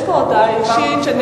יש פה הודעה אישית.